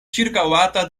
ĉirkaŭata